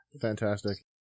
fantastic